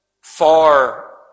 far